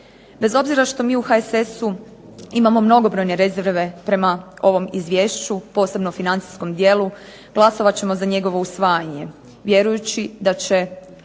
Bez obzira što mi u HSS-u imamo mnogobrojne rezerve prema ovom Izvješću, posebno financijskom dijelu glasovat ćemo za njegovo usvajanje vjerujući da će